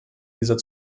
dieser